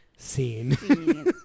Scene